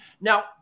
Now